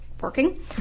working